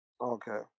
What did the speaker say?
Okay